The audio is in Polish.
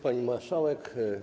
Pani Marszałek!